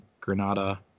granada